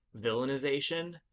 villainization